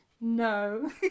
No